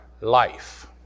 life